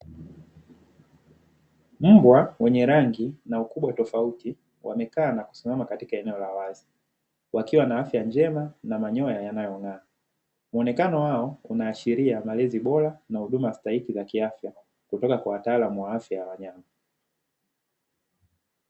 Mbwa wenye rangi na ukubwa tofauti wamekaa na kusimama katika eneo la wazi wakiwa na afya njema na manyoya yanayong'aa. Muonekano wao unaashiria malezi bora na huduma stahiki za kiafya kutoka kwa wataalamu wa afya ya wanyama.